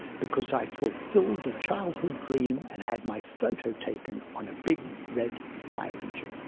because i fulfilled a childhood dream and had my photo taken on a big red fire engine.